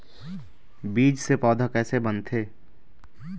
बीज से पौधा कैसे बनथे?